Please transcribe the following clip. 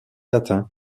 atteint